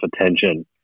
attention